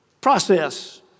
process